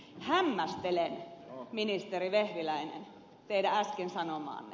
hämmästelen ministeri vehviläinen teidän äsken sanomaanne